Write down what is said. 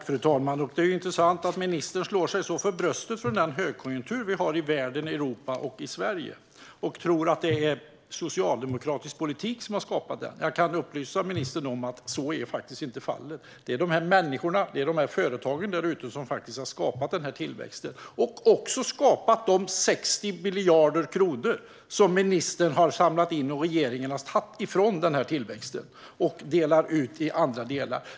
Fru talman! Det är intressant att ministern slår sig så för bröstet för högkonjunkturen i världen, Europa och Sverige och tror att det är socialdemokratisk politik som har skapat den. Jag kan upplysa ministern om att så är faktiskt inte fallet. Det är människorna och företagen därute som har skapat tillväxten och även de 60 miljarder kronor som ministern har samlat in. Dem har regeringen tagit från tillväxten och delar ut till annat.